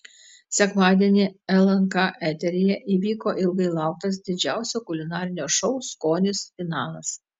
sekmadienį lnk eteryje įvyko ilgai lauktas didžiausio kulinarinio šou skonis finalas